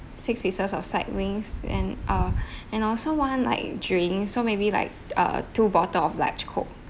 six pieces of side wings and uh and also want like drink so maybe like uh two bottle of large coke